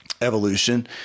Evolution